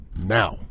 now